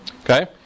Okay